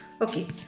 Okay